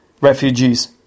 refugees